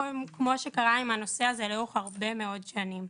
כמו שקרה עם הנושא הזה לאורך הרבה מאוד שנים.